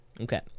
Okay